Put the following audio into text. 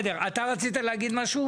אתה רצית להגיד משהו?